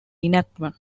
enactment